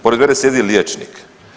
Pored mene sjedi liječnik.